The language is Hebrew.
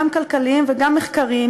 גם כלכליים וגם מחקריים,